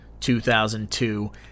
2002